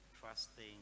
trusting